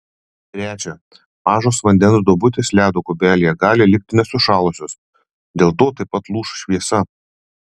trečia mažos vandens duobutės ledo kubelyje gali likti nesušalusios dėl to taip pat lūš šviesa